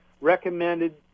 recommended